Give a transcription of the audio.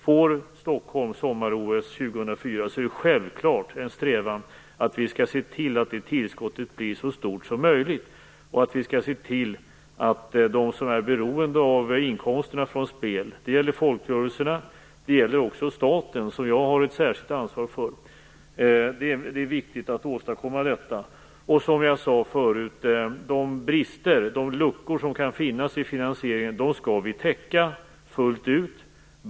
Får Stockholm sommar-OS 2004, är det självklart en strävan att se till att tillskottet blir så stort som möjligt och att ta hänsyn till dem som är beroende av inkomsterna från spel. Det gäller folkrörelserna. Det gäller också staten, som jag har ett särskilt ansvar för. Det är viktigt att åstadkomma detta. Som jag sade förut: De brister, de luckor, som kan finnas i finansieringen, skall vi täcka fullt ut.